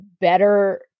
better